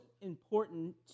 important